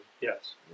Yes